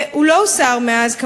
והוא לא הוסר מאז.